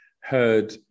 heard